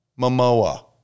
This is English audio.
Momoa